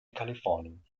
kalifornien